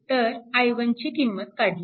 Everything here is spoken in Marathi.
तर i1 ची किंमत काढली